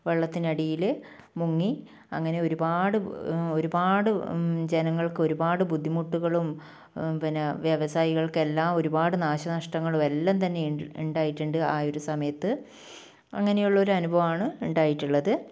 വെള്ളത്തിനടിയിൽ മുങ്ങി അങ്ങനെ ഒരുപാട് ഒരുപാട് ജനങ്ങൾക്ക് ഒരുപാട് ബുദ്ധിമുട്ടുകളും പിന്നെ വ്യവസായികൾക്ക് എല്ലാം ഒരുപാട് നാശനഷ്ടങ്ങൾ എല്ലാം തന്നെ ഉണ്ടായിട്ടുണ്ട് ആ ഒരു സമയത്ത് അങ്ങനെയുള്ള ഒരു അനുഭവമാണ് ഉണ്ടായിട്ടുള്ളത്